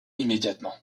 immédiatement